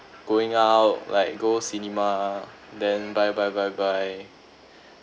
going out like go cinema then buy buy buy buy